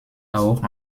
auch